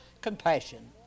compassion